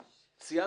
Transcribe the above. סיימת?